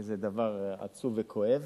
שזה דבר עצוב וכואב,